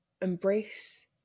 embrace